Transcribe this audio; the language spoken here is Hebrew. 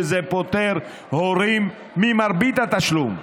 שזה פוטר הורים ממרבית התשלום,